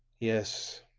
yes,